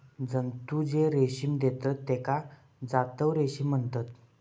जंतु जे रेशीम देतत तेका जांतव रेशीम म्हणतत